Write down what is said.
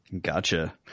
Gotcha